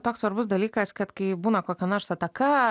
toks svarbus dalykas kad kai būna kokia nors ataka